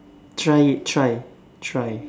try it try try